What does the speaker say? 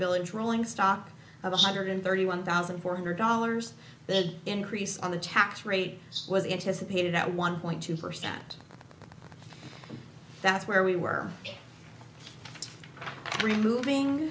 village rolling stock of a hundred and thirty one thousand four hundred dollars they'd increase on the tax rate was anticipated at one point two percent and that's where we were removing